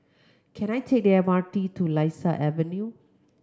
can I take the M R T to Lasia Avenue